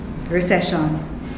recession